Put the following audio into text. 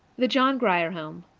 the john grier home,